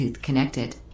connected